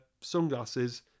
sunglasses